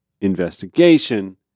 investigation